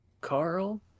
Carl